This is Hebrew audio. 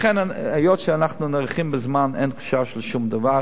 לכן, היות שאנחנו נערכים בזמן אין חשש לשום דבר,